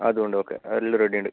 അതും ഉണ്ട് ഓക്കെ എല്ലാ റെഡി ഉണ്ട്